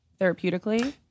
therapeutically